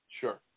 Sure